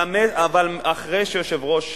אבל אחרי שיושב-ראש